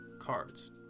cards